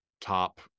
top